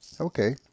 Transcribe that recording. Okay